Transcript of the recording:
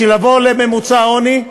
בשביל לעבור לממוצע העוני,